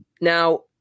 now